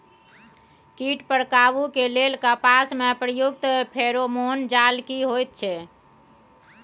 कीट पर काबू के लेल कपास में प्रयुक्त फेरोमोन जाल की होयत छै?